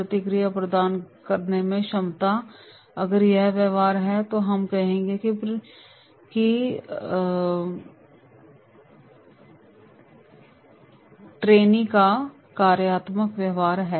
प्रतिक्रिया प्रदान करने की क्षमता अगर यह व्यवहार है तो हम कहेंगे कि यह प्रशिक्षुओं का कार्यात्मक व्यवहार है